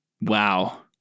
Wow